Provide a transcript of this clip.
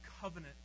covenant